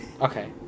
Okay